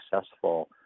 successful